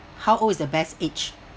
how old is the best age